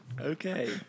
Okay